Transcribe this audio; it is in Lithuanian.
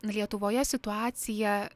lietuvoje situacija